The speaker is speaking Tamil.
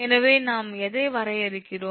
எனவே நாம் எதை வரையறுக்கிறோம்